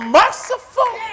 merciful